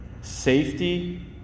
Safety